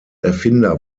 erfinder